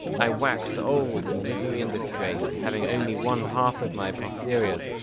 i waxed old in misery and disgrace, having only one-half of my posteriors,